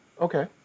okay